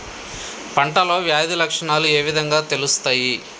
పంటలో వ్యాధి లక్షణాలు ఏ విధంగా తెలుస్తయి?